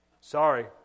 Sorry